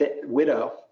widow